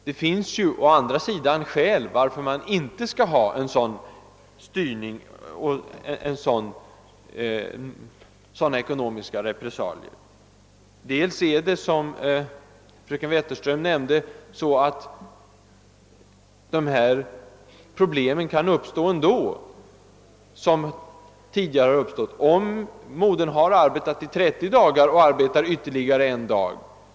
Det finns ju å andra sidan skäl varför man inte skall ha sådana ekonomiska repressalier. Som fröken Wetterström nämnde kan de gränsproblem, som tidigare uppstått, fortfarande bli aktuella om modern har arbetat i 30 dagar och därefter arbetar i ytterligare en dag.